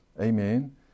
Amen